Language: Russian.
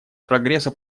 прогресса